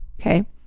okay